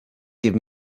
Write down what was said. give